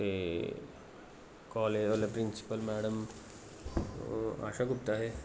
ते कालज दे principal madam Asha Gupta हे